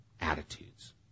attitudes